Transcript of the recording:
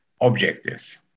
objectives